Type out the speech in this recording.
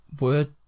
word